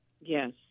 Yes